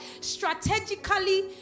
strategically